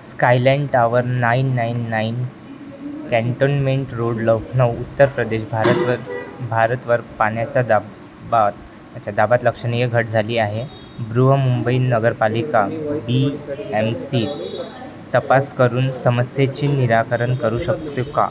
Skyland tower nine nine nine cantonment road Lucknow Uttar Pradesh भारतवर भारतवर पाण्याचा दाब बात याच्या दाबात लक्षणीय घट झाली आहे बृहमुंबई नगरपालिका बी एम सी तपास करून समस्ये निराकरण करू शकते का